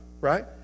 Right